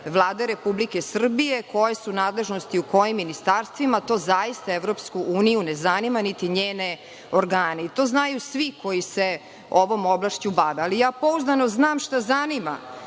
Vlada Republike Srbije, koje su nadležnosti u kojim ministarstvima. To zaista EU ne zanima, niti njene organe. To znaju svi koji se ovom oblašću bave. Ali, ja pouzdano znam šta zanima